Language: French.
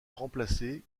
remplacer